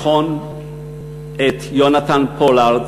לחון את יהונתן פולארד